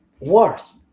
worse